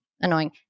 annoying